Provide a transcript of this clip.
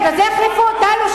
בגלל זה החליפו אותנו,